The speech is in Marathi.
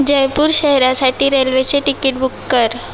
जयपूर शहरासाठी रेल्वेचे टिकीट बूक कर